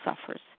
suffers